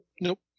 Nope